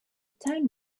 town